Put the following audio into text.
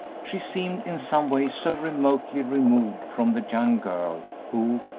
she seemed in some way so remotely removed from the young girl who,